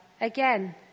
again